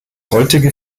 heutige